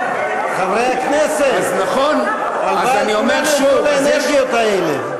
חברי הכנסת, הלוואי על כולנו כל האנרגיות האלה.